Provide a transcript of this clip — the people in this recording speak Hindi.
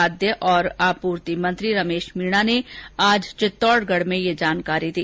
खाद्य और आपूर्ति मंत्री रमेश मीणा ने आज चित्तौडगढ में जानकारी दी